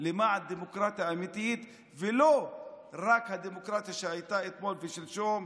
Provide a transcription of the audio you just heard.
למען דמוקרטיה אמיתית ולא רק הדמוקרטיה שהייתה אתמול ושלשום,